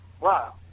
Wow